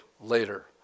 later